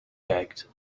kijkt